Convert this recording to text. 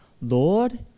Lord